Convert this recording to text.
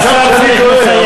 אולי אני טועה,